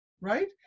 right